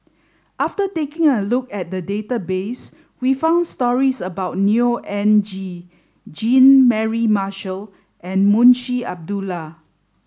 after taking a look at the database we found stories about Neo Anngee Jean Mary Marshall and Munshi Abdullah